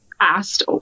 asked